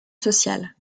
sociale